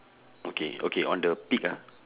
okay okay on the pig ah